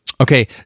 okay